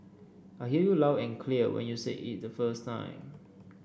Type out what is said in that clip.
I heard you loud and clear when you said it the first time